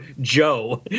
Joe